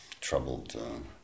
troubled